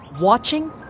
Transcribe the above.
watching